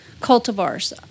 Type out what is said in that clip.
cultivars